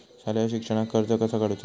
शालेय शिक्षणाक कर्ज कसा काढूचा?